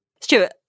Stuart